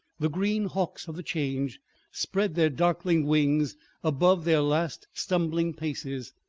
the green hawks of the change spread their darkling wings above their last stumbling paces.